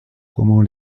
comment